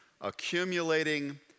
accumulating